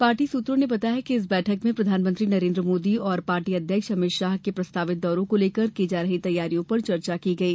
party सूत्रों ने बताया कि इस बैठक में प्रधानमंत्री नरेन्द्र मोदी और पार्टी अध्यक्ष अमित शाह के प्रस्तावित दौरों को लेकर की जा रही तैयारियों पर चर्चा की गई